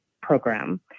program